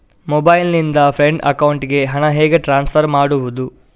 Mobile ನಿಂದ friend ಅಕೌಂಟಿಗೆ ಹಣ ಹೇಗೆ ಟ್ರಾನ್ಸ್ಫರ್ ಮಾಡುವುದು?